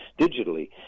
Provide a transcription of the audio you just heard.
digitally